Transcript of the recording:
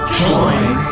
join